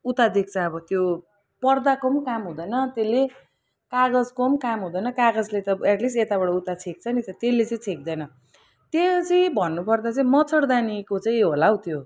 उता देख्छ अब त्यो पर्दाको पनि काम हुँदैन त्यसले कागजको पनि काम हुँदैन कागजले त एटलिस्ट यताबाट उता छेक्छ नि त त्यसले चाहिँ छेक्दैन त्यो चाहिँ भन्नुपर्दा चाहिँ मच्छडदानीको चाहिँ होला हो त्यो